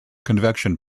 convection